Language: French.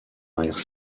arrière